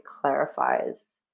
clarifies